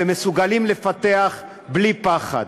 שמסוגלים לפתח בלי פחד.